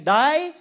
die